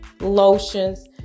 lotions